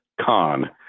Con